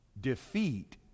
Defeat